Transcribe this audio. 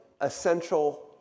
essential